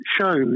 shows